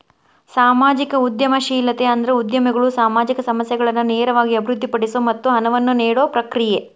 ಸಾಮಾಜಿಕ ಉದ್ಯಮಶೇಲತೆ ಅಂದ್ರ ಉದ್ಯಮಿಗಳು ಸಾಮಾಜಿಕ ಸಮಸ್ಯೆಗಳನ್ನ ನೇರವಾಗಿ ಅಭಿವೃದ್ಧಿಪಡಿಸೊ ಮತ್ತ ಹಣವನ್ನ ನೇಡೊ ಪ್ರಕ್ರಿಯೆ